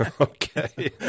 Okay